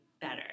better